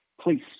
please